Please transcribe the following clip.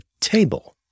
table